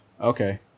Okay